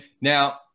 now